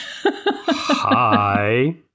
Hi